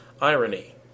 Irony